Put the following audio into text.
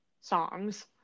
songs